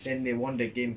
then they won the game